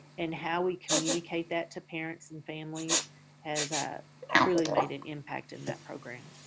and how we communicate that to parents and families has ah truly made an impact in that program.